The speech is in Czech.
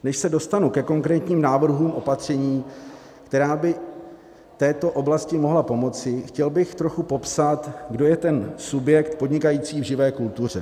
Než se dostanu ke konkrétním návrhům opatření, která by této oblasti mohla pomoci, chtěl bych trochu popsat, kdo je ten subjekt podnikající v živé kultuře.